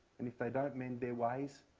and if they don't mend their ways,